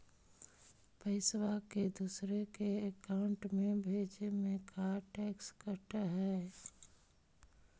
पैसा के दूसरे के अकाउंट में भेजें में का टैक्स कट है?